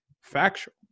factual